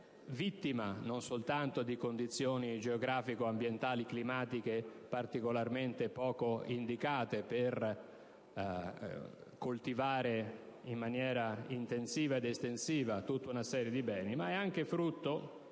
sfavorita, non soltanto da condizioni geografiche, ambientali e climatiche particolarmente poco indicate per coltivare in maniera intensiva ed estensiva tutta una serie di beni; ma la povertà